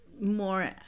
more